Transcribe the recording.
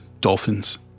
dolphins